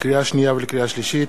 לקריאה שנייה ולקריאה שלישית: